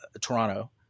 Toronto